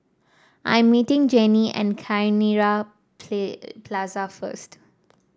I'm meeting Jenni at Cairnhill Play Plaza first